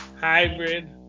Hybrid